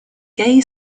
gay